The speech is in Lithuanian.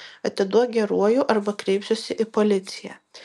atiduok geruoju arba kreipsiuosi į policiją